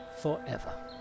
forever